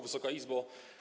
Wysoka Izbo!